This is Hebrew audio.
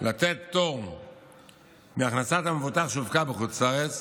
לתת פטור מהכנסת המבוטח שהופקה בחוץ לארץ,